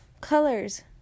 Colors